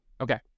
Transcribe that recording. okay